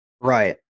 Right